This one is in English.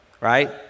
right